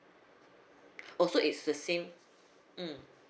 oh so it's the same mm